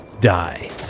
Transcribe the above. die